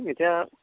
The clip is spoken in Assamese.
এতিয়া